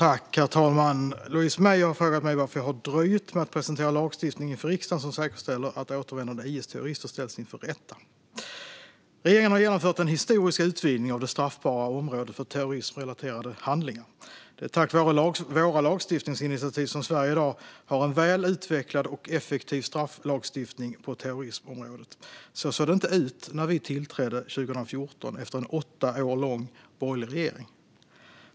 Herr talman! Louise Meijer har frågat mig varför jag har dröjt med att presentera lagstiftning inför riksdagen som säkerställer att återvändande IS-terrorister ställs inför rätta. Regeringen har genomfört en historisk utvidgning av det straffbara området för terrorismrelaterade handlingar. Det är tack vare våra lagstiftningsinitiativ som Sverige i dag har en väl utvecklad och effektiv strafflagstiftning på terrorismområdet. Så såg det inte ut när vi tillträdde 2014 efter en åtta år lång borgerlig regering.